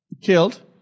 Killed